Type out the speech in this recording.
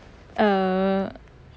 err